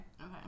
Okay